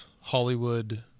hollywood